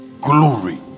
glory